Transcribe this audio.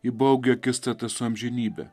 į baugią akistatą su amžinybe